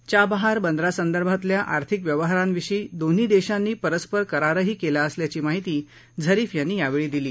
Chabahar बंदरासंदर्भातल्या आर्थिक व्यवहारांविषयी दोन्ही देशांनी परस्पर करारही केला असल्याची माहिती झरीफ यांनी यावेळी दिली